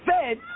fed